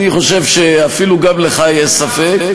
אני חושב שאפילו לך יש ספק.